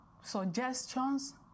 suggestions